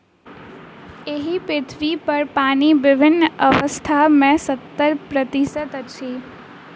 एहि पृथ्वीपर पानि विभिन्न अवस्था मे सत्तर प्रतिशत अछि